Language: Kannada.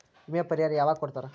ವಿಮೆ ಪರಿಹಾರ ಯಾವಾಗ್ ಕೊಡ್ತಾರ?